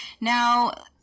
Now